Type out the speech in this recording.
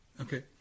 Okay